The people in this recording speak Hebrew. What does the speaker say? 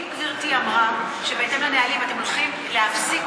האם גברתי אמרה שבהתאם לנהלים אתם הולכים להפסיק